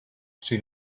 she